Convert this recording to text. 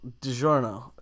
DiGiorno